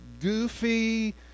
goofy